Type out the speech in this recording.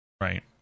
Right